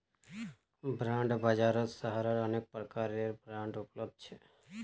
bond बाजारत सहारार अनेक प्रकारेर बांड उपलब्ध छ